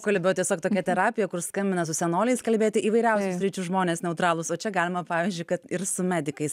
kalbio tiesiog tokia terapija kur skambina su senoliais kalbėti įvairiausių sričių žmonės neutralūs o čia galima pavyzdžiui kad ir su medikais